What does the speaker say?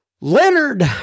Leonard